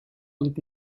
und